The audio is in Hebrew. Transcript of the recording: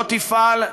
לא תפעל,